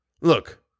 Look